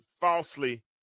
falsely